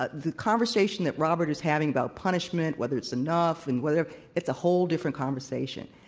but the conversation that robert is having about punishment whether it's enough and whether it's a whole different conversation.